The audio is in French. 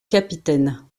capitaine